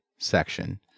section